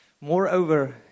Moreover